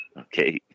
Okay